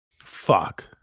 fuck